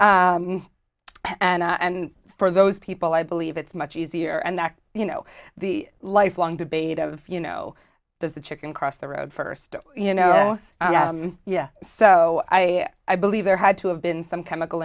and for those people i believe it's much easier and that you know the lifelong debate of you know does the chicken cross the road first you know yeah so i i believe there had to have been some chemical